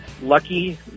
Lucky